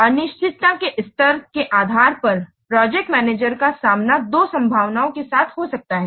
अनिश्चितता के स्तर के आधार पर प्रोजेक्ट मैनेजर का सामना दो संभावनाओं के साथ हो सकता है